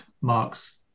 Mark's